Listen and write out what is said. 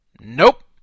Nope